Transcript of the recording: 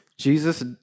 Jesus